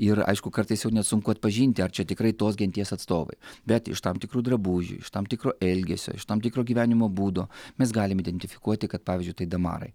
ir aišku kartais jau net sunku atpažinti ar čia tikrai tos genties atstovai bet iš tam tikrų drabužių iš tam tikro elgesio iš tam tikro gyvenimo būdo mes galim identifikuoti kad pavyzdžiui tai damarai